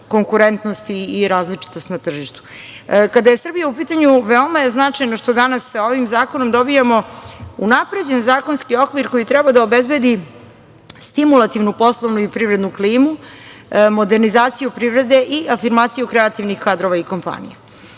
konkurentnost i različitost na tržištu. Kada je Srbija u pitanju veoma je značajno što sa ovim zakonom dobijamo unapređen zakonski okvir koji treba da obezbedi stimulativnu, poslovnu i privrednu klimu, modernizaciju privrede i afirmaciju kreativnih kadrova i kompanija. Svakako,